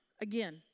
again